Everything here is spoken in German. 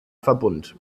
verbund